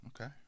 Okay